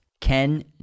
Ken